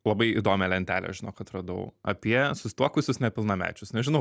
labai įdomią lentelę žinok atradau apie susituokusius nepilnamečius nežinau